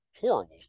horrible